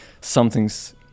something's